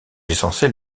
essentiel